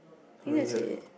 how many you have